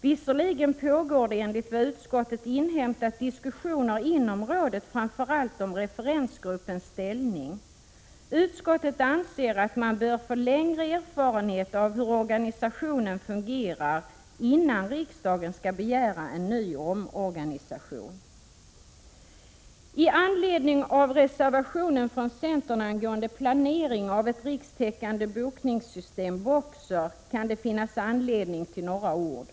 Visserligen pågår det, enligt vad utskottet inhämtat, diskussioner inom rådet framför allt om referensgruppens ställning. Utskottet anser att man bör få längre erfarenhet av hur organisationen fungerar, innan riksdagen skall begära en ny omorganisation. I anledning av reservationen från centern angående planering av ett rikstäckande bokningssystem, BOKSER, kan det finnas anledning till några ord.